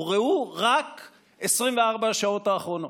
וראו רק 24 השעות האחרונות: